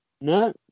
No